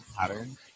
Pattern